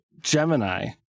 Gemini